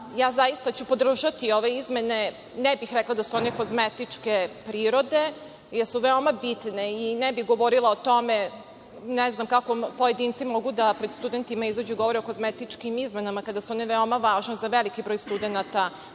ću zaista podržati ove izmene. Ne bih rekla da su one kozmetičke prirode, jer su veoma bitne i ne bih govorila o tome, ne znam kako pojedinci mogu da pred studentima izađu i govore o kozmetičkim izmenama, kada su one veoma važne za veliki broj studenata